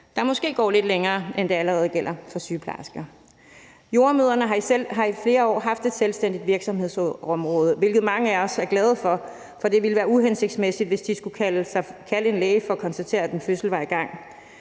der måske går lidt længere, end hvad der allerede gælder for sygeplejersker. Jordemødrene har i flere år haft et selvstændigt virksomhedsområde, hvilket mange af os er glade for, for det ville være uhensigtsmæssigt, hvis de skulle tilkalde en læge for at konstatere, at en fødsel var i gang.